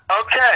Okay